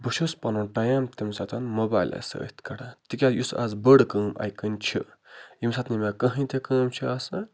بہٕ چھُس پَنُن ٹایِم تَمہِ ساتَن موبایلَس سۭتۍ کَڑان تِکیٛازِ یُس آز بٔڑ کٲم اَکہِ کَنہِ چھِ ییٚمۍ ساتہٕ نہٕ مےٚ کٕہٕنۍ تہِ کٲم چھِ آسان